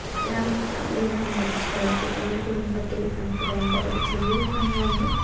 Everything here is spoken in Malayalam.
എത്ര എത്ര ആളുകളാണ് മരിച്ചുപോയത് ഒരു കുടുംബത്തിൽ നമുക്ക് വേണ്ടപ്പെട്ട ചെറിയൊരു പനി വന്ന്